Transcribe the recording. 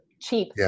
cheap